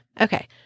Okay